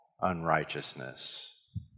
unrighteousness